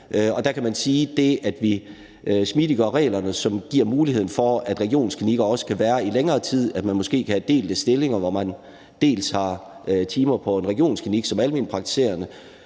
Der kan man sige, at det, at vi smidiggør reglerne, som giver mulighed for, at man også kan drive regionsklinikker i længere tid, og at der måske kan være delte stillinger, så en læge dels har timer på en regionsklinik som almenpraktiserende